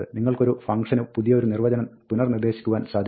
നിങ്ങൾക്ക് ഒരു ഫംഗ്ഷന് ഒരു പുതിയ നിർവ്വചനം പുനർനിർദ്ദേശിക്കുവാൻ സാധിക്കും